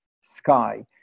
sky